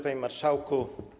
Panie Marszałku!